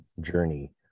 journey